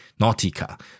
Nautica